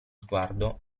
sguardo